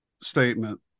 statement